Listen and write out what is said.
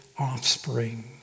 offspring